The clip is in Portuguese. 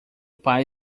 pai